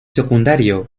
secundario